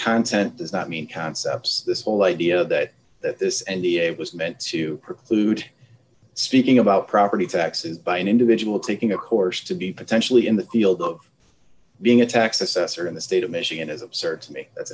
content does not mean concepts this whole idea that that this and he it was meant to preclude speaking about property taxes by an individual taking a course to be potentially in the field of being a tax assessor in the state of michigan is absurd to me that's